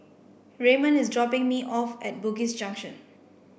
Raymond is dropping me off at Bugis Junction